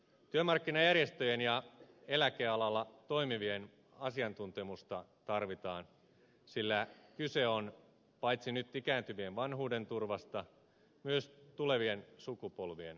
työmarkkinajärjestöjen ja eläkealalla toimivien asiantuntemusta tarvitaan sillä kyse on paitsi nyt ikääntyvien vanhuuden turvasta myös tulevien sukupolvien turvasta